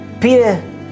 Peter